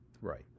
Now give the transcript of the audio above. Right